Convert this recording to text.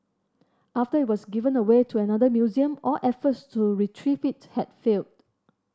after it was given away to another museum all efforts to retrieve it had failed